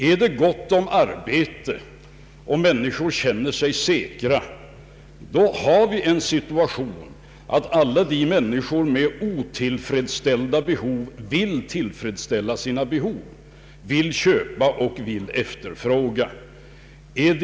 Är det gott om arbete och människor känner sig säkra, då har vi den situationen att alla med otillfredsställda behov vill tillfreds ställa behoven, vill köpa och vill efterfråga.